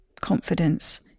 confidence